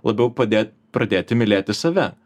labiau padėt pradėti mylėti save